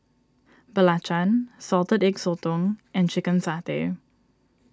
Belacan Salted Egg Sotong and Chicken Satay